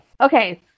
Okay